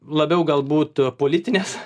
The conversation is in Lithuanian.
labiau galbūt politinės